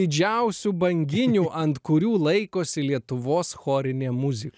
didžiausių banginių ant kurių laikosi lietuvos chorinė muzika